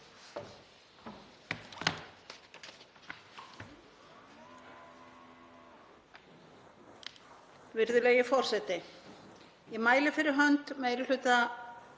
Virðulegi forseti. Ég mæli fyrir hönd meiri hluta